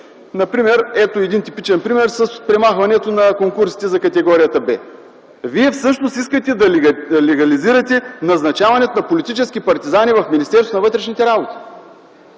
такива. Ето един типичен пример с премахването на конкурсите за категория Б. Вие всъщност искате да легализирате назначаването на политически партизани в Министерството на вътрешните работи.